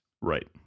Right